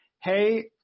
Hey